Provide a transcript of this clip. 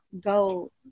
go